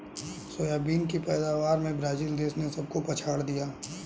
soybean की पैदावार में ब्राजील देश ने सबको पछाड़ दिया